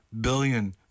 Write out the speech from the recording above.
billion